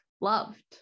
loved